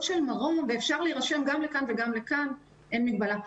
אפשר להירשם גם לכאן וגם לכאן, אין מגבלה.